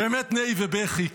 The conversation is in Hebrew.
באמת, נהי ובכי.